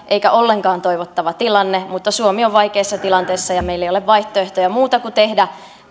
eikä ollenkaan toivottava tilanne mutta suomi on vaikeassa tilanteessa ja meillä ei ole muuta vaihtoehtoa kuin tehdä